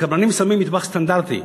הקבלנים שמים מטבח סטנדרטי,